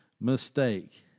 mistake